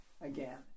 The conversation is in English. again